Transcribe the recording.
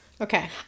Okay